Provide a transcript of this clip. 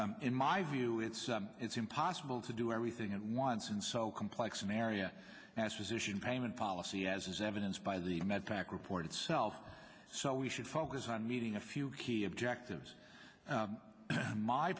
in my view it's it's impossible to do everything at once and so complex an area as physician payment policy as is evidenced by the med pac report itself so we should focus on meeting a few key objective